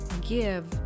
give